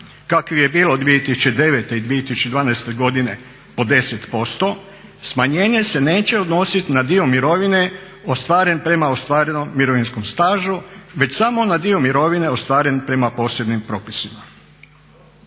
kakvih je bilo 2009. i 2012. godine od 10% smanjenje se neće odnositi na dio mirovine ostvaren prema ostvarenom mirovinskom stažu već samo na dio mirovine ostvaren prema posebnim propisima.